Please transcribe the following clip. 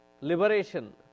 liberation